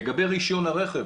לגבי רישיון הרכב,